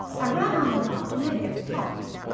i run on a lot when i get to talking.